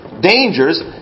dangers